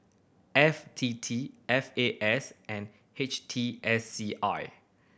F T T F A S and H T S C I